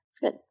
good